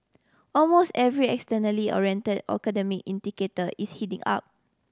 almost every externally oriented academic indicator is heading up